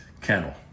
kennel